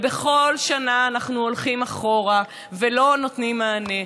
ובכל שנה אנחנו הולכים אחורה ולא נותנים מענה.